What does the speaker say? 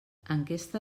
enquesta